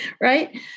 Right